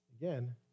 Again